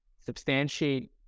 substantiate